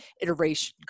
iteration